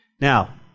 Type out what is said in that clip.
Now